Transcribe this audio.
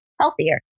healthier